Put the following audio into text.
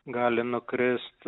gali nukrist